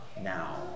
now